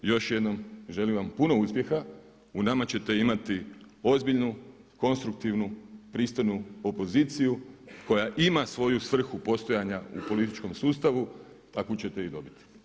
Još jednom želim vam puno uspjeha, u nama ćete imati ozbiljnu, konstruktivnu pristojnu opoziciju koja ima svoju svrhu postojanja u političkom sustavu, takvu ćete i dobiti.